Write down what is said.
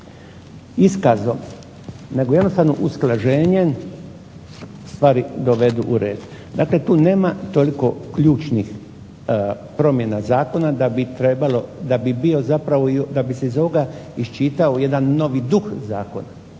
iskazom nego jednostavno usklađenjem stvari dovedu u red. Dakle, tu nema toliko ključnih promjena zakona da bi bio zapravo, da bi se iz ovoga iščitao jedan novi duh zakona